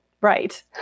right